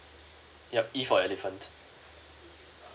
yup E for elephant